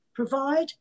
provide